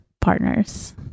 partners